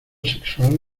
sexual